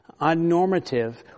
unnormative